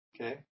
Okay